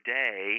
day